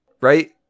right